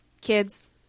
Kids